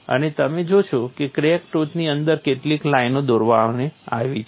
અને તમે જોશો કે ક્રેક ટોચની અંદર કેટલીક લાઈનો દોરવામાં આવી છે